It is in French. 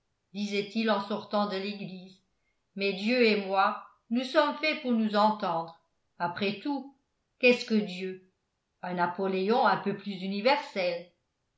disait-il en sortant de l'église mais dieu et moi nous sommes faits pour nous entendre après tout qu'est-ce que dieu un napoléon un peu plus universel